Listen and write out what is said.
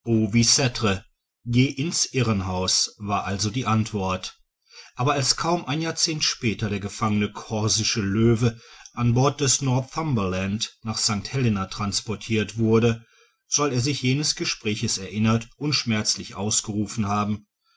in's irrenhaus war also die antwort aber als kaum ein jahrzehnt später der gefangene corsische löwe an bord des northumberland nach st helena transportirt wurde soll er sich jenes gespräches erinnert und schmerzlich ausgerufen haben